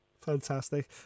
Fantastic